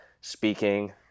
speaking